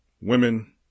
women